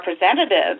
representatives